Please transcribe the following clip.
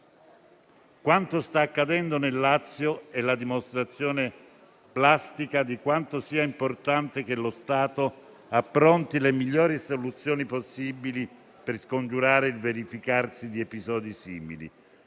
Quanto sta accadendo nel Lazio è la dimostrazione plastica di quanto sia importante che lo Stato appronti le migliori soluzioni possibili per scongiurare il verificarsi di episodi simili.